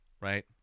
right